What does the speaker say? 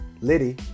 Liddy